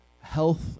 health